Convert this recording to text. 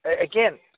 again